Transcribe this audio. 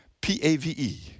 P-A-V-E